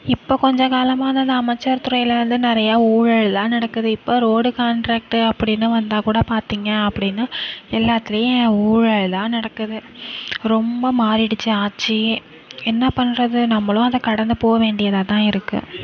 இப்போ கொஞ்சம் காலமாக தான் இந்த அமைச்சர் துறையில் வந்து நிறையா ஊழல்லாம் நடக்குது இப்போ ரோடு காண்ட்ரேக்ட்டு அப்படின்னு வந்தா கூட பார்த்தீங்க அப்படின்னா எல்லாத்துலையும் ஊழல் தான் நடக்குது ரொம்ப மாறிடுச்சு ஆட்சியே என்ன பண்ணுறது நம்பளும் அதை கடந்து போ வேண்டியதாக தான் இருக்கு